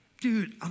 Dude